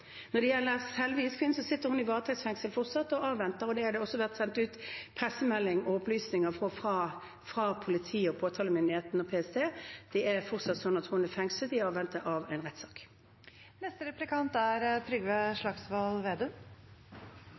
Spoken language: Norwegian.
Når det gjelder selve IS-kvinnen, sitter hun fortsatt varetektsfengslet og avventer. Det har det også vært sendt ut pressemelding om og kommet opplysninger fra politiet, påtalemyndigheter og PST om. Det er fortsatt sånn at hun er fengslet i påvente av en rettssak. I Norge er